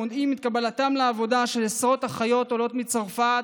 המונעים את קבלתן לעבודה של עשרות אחיות עולות מצרפת,